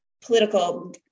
political